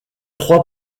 trois